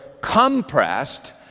compressed